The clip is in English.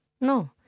No